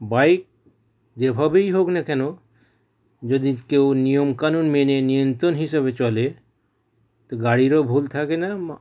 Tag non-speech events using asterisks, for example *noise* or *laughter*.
bike যেভাবেই হোক না কেন যদি কেউ নিয়মকানুন মেনে নিয়ন্ত্রণ হিসাবে চলে তো গাড়িরও ভুল থাকে না *unintelligible*